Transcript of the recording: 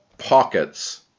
Pockets